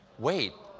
wait,